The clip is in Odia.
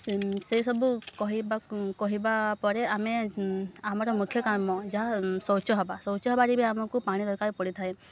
ସେ ସେ ସବୁ କହିବାକୁ କହିବା ପରେ ଆମେ ଆମର ମୁଖ୍ୟ କାମ ଯାହା ଶୌଚ ହବା ଶୌଚ ହବାରେ ବି ଆମକୁ ପାଣି ଦରକାର ପଡ଼ିଥାଏ